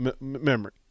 memory